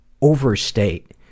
overstate